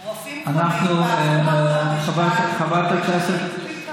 רופאים, אז בוא נדייק.